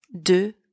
de